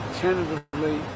tentatively